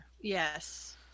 Yes